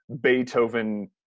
Beethoven